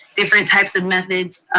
different types of methods